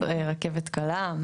רכבת קלה,